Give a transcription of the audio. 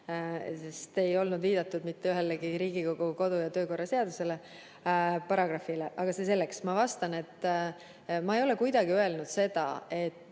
sest ei olnud viidatud mitte ühelegi Riigikogu kodu- ja töökorra seaduse paragrahvile, aga see selleks – ma vastan, et ma ei ole kuidagi öelnud seda, et